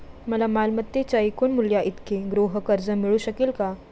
मला मालमत्तेच्या एकूण मूल्याइतके गृहकर्ज मिळू शकेल का?